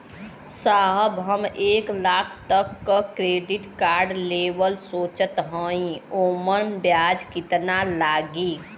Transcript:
साहब हम एक लाख तक क क्रेडिट कार्ड लेवल सोचत हई ओमन ब्याज कितना लागि?